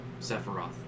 Sephiroth